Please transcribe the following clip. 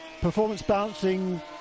performance-bouncing